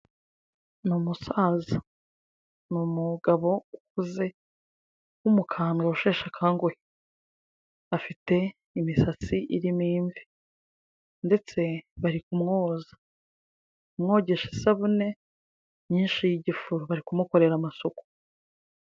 Ni umusaza, ni umugabo ukuze w'umukambwe washeshe akanguhe, afite imisatsi irimo imvi ndetse bari kumwoza, kumwogesha isabune nyinshi y'igifuro, bari kumukorera amasuku.